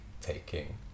taking